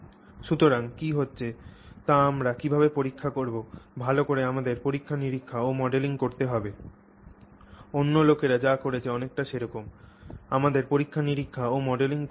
সুতরাং কী হচ্ছে তা আমরা কীভাবে পরীক্ষা করব ভাল করে আমাদের পরীক্ষা নিরীক্ষা ও মডেলিং করতে হবে অন্য লোকেরা যা করেছে অনেকটা সেরকম আমাদের পরীক্ষা নিরীক্ষা ও মডেলিং করতে হবে